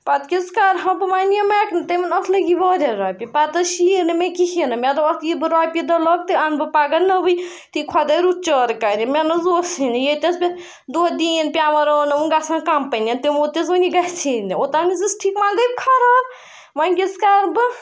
پَتہٕ کیٛاہ حظ کَرٕ ہا بہٕ وَنیم میٚکنِک تٔمۍ ووٚن اَتھ لَگی واریاہ رۄپیہِ پَتہٕ حظ شیٖر نہٕ مےٚ کِہیٖنۍ نہٕ مےٚ دوٚپ یہِ بہٕ اَتھ رۄپیہِ دَہ لاگہٕ تہِ اَنہٕ بہٕ پَگاہ نٔوٕے أتی خۄداے رُت چارٕ کَرِ مےٚ نظ حظ اوسُے نہٕ ییٚتہِ حظ پَتہٕ دۄہ دیٖن پیٚوان راوناوُن گژھان کَمپٔنِیَن تِمو تہِ حظ ووٚن یہِ گژھِ نہٕ اوٚتانۍ حظ ٲس ٹھیٖک وۄنۍ گٔیٚے خراب وۄنۍ کیٛاہ حظ کَرٕ بہٕ